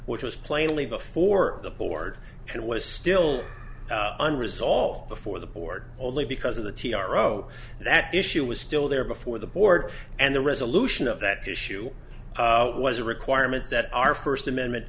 which was plainly before the board and was still unresolved before the board only because of the t r o that issue was still there before the board and the resolution of that issue it was a requirement that our first amendment